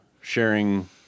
sharing